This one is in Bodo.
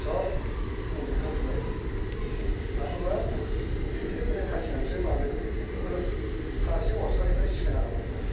सब मोन दैखांजोबनाय मानो होमबा बेखौ ब्रेइन खाथिनानैसो माबानाय जादों बेखौबो सासे अस्टाद निफ्राय सिखायना लाबोदोंमोन